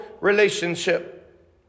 relationship